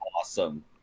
awesome